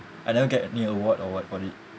I never get any award or what for it